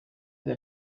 nda